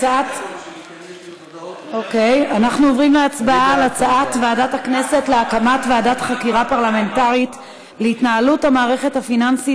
יצוין כי במקביל החליטה ועדת הכנסת להכין תיקון לתקנון הכנסת